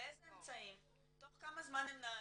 באיזה אמצעים, תוך כמה זמן הם נענו,